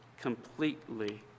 completely